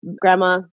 grandma